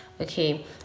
Okay